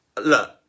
look